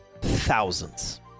Thousands